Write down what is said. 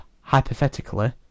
hypothetically